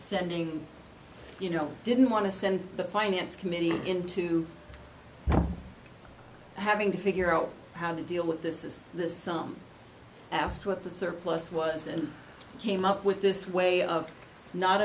sending you know didn't want to send the finance committee into having to figure out how to deal with this is this some ask what the surplus was and came up with this way of not